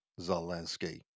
Zelensky